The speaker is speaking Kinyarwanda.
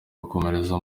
gukomereza